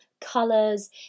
colors